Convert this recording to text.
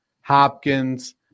Hopkins